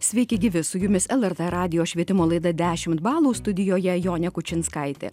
sveiki gyvi su jumis lrt radijo švietimo laida dešimt balų studijoje jonė kučinskaitė